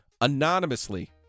anonymously